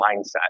mindset